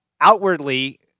outwardly